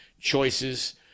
Choices